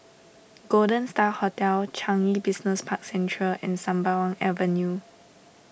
Golden Star Hotel Changi Business Park Central and Sembawang Avenue